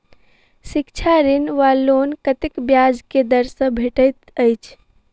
शिक्षा ऋण वा लोन कतेक ब्याज केँ दर सँ भेटैत अछि?